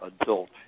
adult